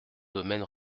domaine